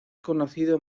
conocido